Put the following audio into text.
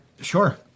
Sure